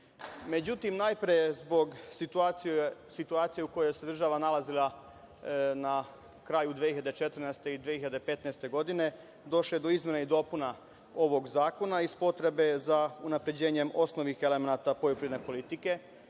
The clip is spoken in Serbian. politika.Međutim, najpre zbog situacije u kojoj se država nalazila na kraju 2014. godine i 2015. godine, došlo je do izmena i dopuna ovog zakona iz potrebe za unapređenjem osnovnih elemenata poljoprivredne politike